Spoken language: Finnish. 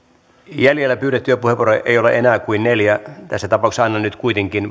työtä pyydettyjä puheenvuoroja ei ole enää jäljellä kuin neljä tässä tapauksessa annan nyt kuitenkin